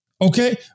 Okay